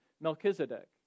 Melchizedek